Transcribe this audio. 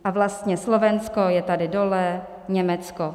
A vlastně Slovensko je tady dole, Německo.